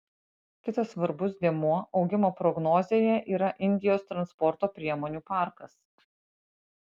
kitas svarbus dėmuo augimo prognozėje yra indijos transporto priemonių parkas